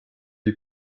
die